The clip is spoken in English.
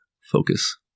focus